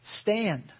stand